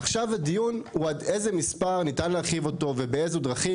עכשיו הדיון הוא עד איזה מספר ניתן להרחיב אותו ובאיזה דרכים,